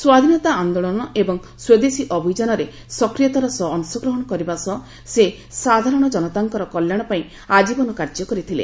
ସ୍ୱାଧୀନତା ଆନ୍ଦୋଳନ ଏବଂ ସ୍ୱଦେଶୀ ଅଭିଯାନରେ ସକ୍ରିୟତାର ସହ ଅଂଶଗ୍ରହଣ କରିବା ସହ ସେ ସାଧାରଣ ଜନତାଙ୍କର କଲ୍ୟାଣ ପାଇଁ ଆଜ୍ଜୀବନ କାର୍ଯ୍ୟ କରିଥିଲେ